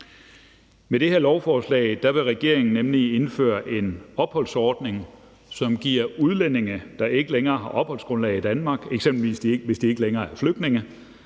Med det her lovforslag vil regeringen nemlig indføre en opholdsordning, som giver udlændinge, der ikke længere har opholdsgrundlag i Danmark, hvis de eksempelvis ikke længere er flygtninge,